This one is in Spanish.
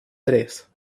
tres